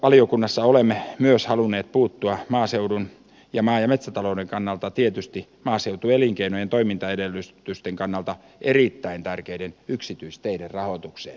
valtiovarainvaliokunnassa olemme myös halunneet puuttua maaseudun ja maa ja metsätalouden kannalta tietysti maaseutuelinkeinojen toimintaedellytysten kannalta erittäin tärkeiden yksityisteiden rahoitukseen